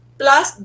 plus